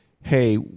hey